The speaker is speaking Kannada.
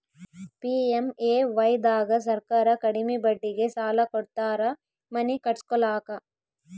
ಪಿ.ಎಮ್.ಎ.ವೈ ದಾಗ ಸರ್ಕಾರ ಕಡಿಮಿ ಬಡ್ಡಿಗೆ ಸಾಲ ಕೊಡ್ತಾರ ಮನಿ ಕಟ್ಸ್ಕೊಲಾಕ